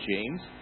James